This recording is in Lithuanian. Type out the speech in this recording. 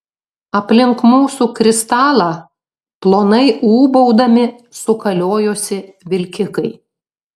aplink mūsų kristalą plonai ūbaudami sukaliojosi vilkikai